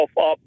up